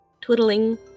twiddling